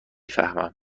فهمم